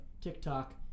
TikTok